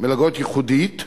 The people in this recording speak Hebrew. מלגות ייחודית,